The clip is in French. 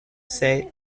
ses